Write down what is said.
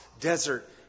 desert